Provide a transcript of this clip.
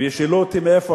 וישאלו אותי מאיפה,